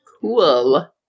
Cool